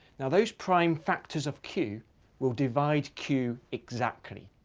now, those prime factors of q will divide q exactly.